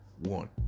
one